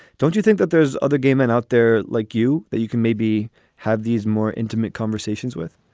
don't you think that there's other gay men out there like you that you can maybe have these more intimate conversations with?